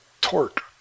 torque